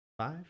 five